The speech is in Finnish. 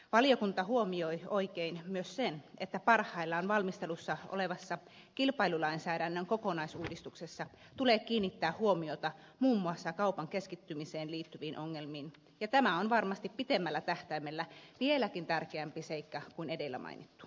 valiokunta huomioi oikein myös sen että parhaillaan valmistelussa olevassa kilpailulainsäädännön kokonaisuudistuksessa tulee kiinnittää huomiota muun muassa kaupan keskittymiseen liittyviin ongelmiin ja tämä on varmasti pitemmällä tähtäimellä vieläkin tärkeämpi seikka kuin edellä mainittu